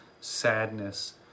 sadness